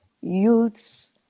youths